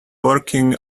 working